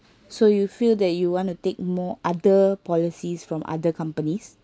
so you feel that you want to take more other policies from other companies